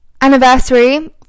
anniversary